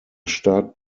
staat